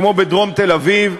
כמו בדרום תל-אביב,